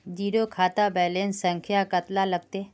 Zero खाता balance संख्या कतला लगते?